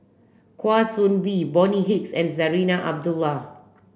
Kwa Soon Bee Bonny Hicks and Zarinah Abdullah